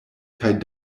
kaj